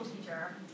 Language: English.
teacher